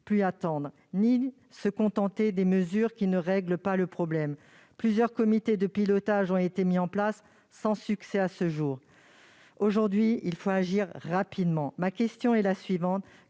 plus attendre ni se contenter des mesures qui ne règlent pas le problème. Plusieurs comités de pilotage ont été mis en place, sans succès à ce jour. Aujourd'hui, il faut agir rapidement. Ma question est la suivante